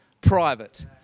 private